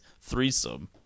threesome